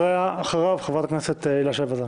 ואחריו חברת הכנסת הילה שי וזאן.